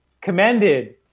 commended